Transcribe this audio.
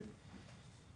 כן.